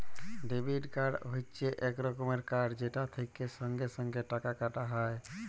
debit card হচ্যে এক রকমের কার্ড যেটা থেক্যে সঙ্গে সঙ্গে টাকা কাটা যায়